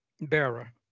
bearer